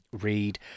Read